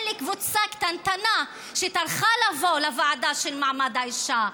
קבוצה קטנטנה שטרחה לבוא לוועדה של מעמד האישה.